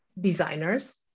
designers